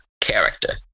character